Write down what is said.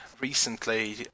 Recently